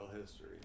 history